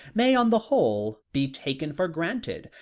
may, on the whole, be taken for granted,